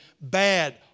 bad